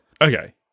Okay